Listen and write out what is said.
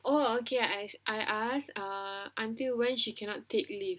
oh okay I I ask ah until when she cannot take leave